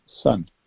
Son